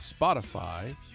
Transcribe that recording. Spotify